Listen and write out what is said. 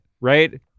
right